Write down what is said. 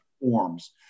forms